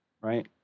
right